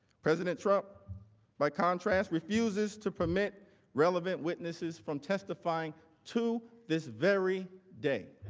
president trump by contrast refuses to permit relevant witnesses from testifying to this very day.